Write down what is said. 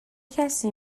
کسی